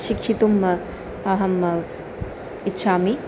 शिक्षितुम् अहम् इच्छामि